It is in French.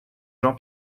jean